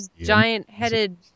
giant-headed